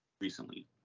Recently